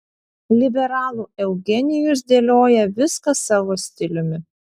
liberalų eugenijus dėlioja viską savo stiliumi